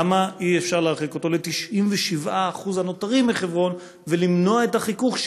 למה אי-אפשר להרחיק אותו ל-97% הנותרים בחברון ולמנוע את החיכוך,